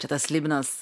čia tas slibinas